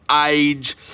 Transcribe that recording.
age